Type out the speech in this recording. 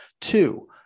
Two